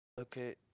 okay